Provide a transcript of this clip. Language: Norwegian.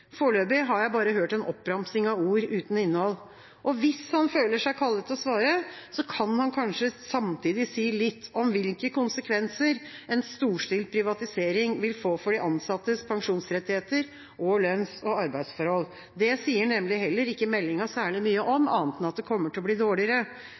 Foreløpig har jeg bare hørt en oppramsing av ord uten innhold. Og hvis han føler seg kallet til å svare, kan han kanskje samtidig si litt om hvilke konsekvenser en storstilt privatisering vil få for de ansattes pensjonsrettigheter og lønns- og arbeidsforhold. Det sier nemlig heller ikke meldinga særlig mye om, annet enn at det kommer til å bli dårligere.